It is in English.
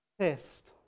test